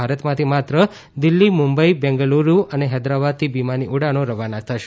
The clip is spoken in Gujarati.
ભારતમાંથી માત્ર દિલ્હી મુંબઇ બેંગાલુરુ અને હૈદરાબાદથી વિમાની ઉડાનો રવાના થશે